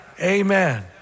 amen